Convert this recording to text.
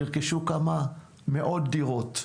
נרכשו כמה מאות דירות.